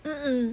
mm mm